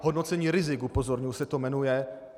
Hodnocení rizik, upozorňuji, se to jmenuje.